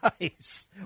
Nice